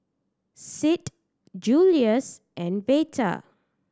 Sid Julious and Veta